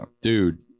Dude